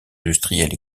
industrielle